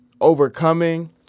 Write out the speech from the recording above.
overcoming